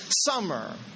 summer